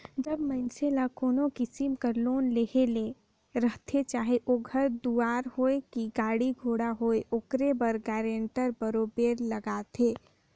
जब मइनसे ल कोनो किसिम कर लोन लेहे ले रहथे चाहे ओ घर दुवार होए कि गाड़ी घोड़ा होए ओकर बर गारंटर बरोबेर लागथे